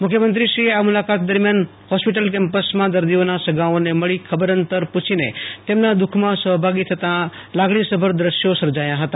મુખ્યમંત્રીશ્રીએ આ મુલાકાત દરમિયાન હોસ્પિટલ કેમ્પસમાં દર્દીઓના સગાઓને મળી ખબર અંતર પૂછીને તેમના દુઃખમાં સહભાગી થતા લાગણીસભર દ્રશ્યો સર્જાયા હતા